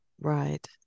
Right